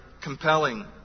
compelling